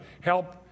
help